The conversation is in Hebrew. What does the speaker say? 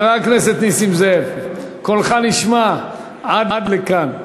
חבר הכנסת נסים זאב, קולך נשמע עד לכאן.